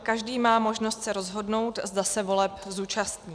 Každý má možnost se rozhodnout, zda se voleb zúčastní.